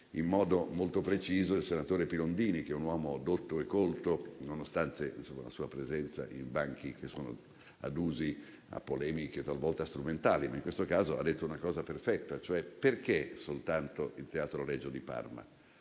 in modo molto preciso il senatore Pirondini, che è un uomo dotto e colto, nonostante la sua presenza in banchi che sono adusi a polemiche talvolta strumentali. Ma in questo caso ha detto una cosa perfetta, e cioè: perché soltanto il Teatro Regio di Parma?